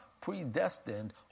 predestined